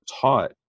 taught